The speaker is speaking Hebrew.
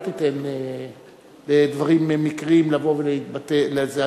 תיתן לדברים מקריים לבוא ולהתבטא בזה.